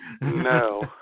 No